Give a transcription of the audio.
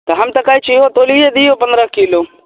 तऽ हम तऽ कहैत छी इहो तौलिए दिऔ पन्द्रह किलो